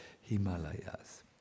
Himalayas